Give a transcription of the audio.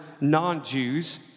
non-Jews